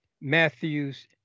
Matthew's